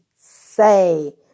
say